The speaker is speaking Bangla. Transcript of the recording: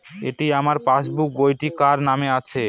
এটি আমার পাসবুক বইটি কার নামে আছে?